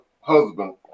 husband